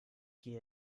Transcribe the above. gehe